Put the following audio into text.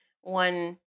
one